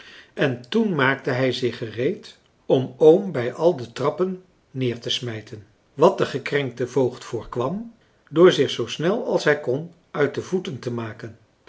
en toen maakte hij zich gereed om oom bij al de trappen neer te smijten wat de gekrenkte voogd voorkwam door zich zoo snel als hij kon uit de voeten te maken